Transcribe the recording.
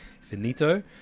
finito